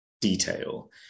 detail